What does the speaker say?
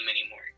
anymore